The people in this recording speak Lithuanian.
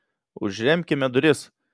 užremkime duris